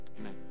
Amen